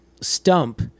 stump